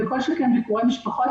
וכל שכן ביקורי משפחות,